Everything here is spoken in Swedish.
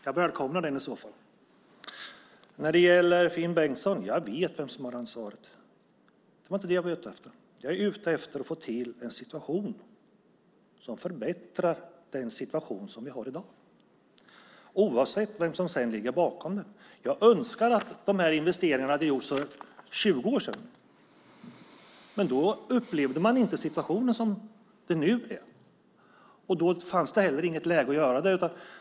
Jag välkomnar den i så fall. Finn Bengtsson! Jag vet vem som har ansvaret. Det var inte det jag var ute efter. Jag är ute efter att få till en situation som förbättrar den situation som vi har i dag oavsett vem som ligger bakom det. Jag önskar att investeringarna hade gjorts för 20 år sedan, men då upplevde man inte situationen som den är nu. Då fanns det inte heller något läge att göra det.